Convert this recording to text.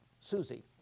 Susie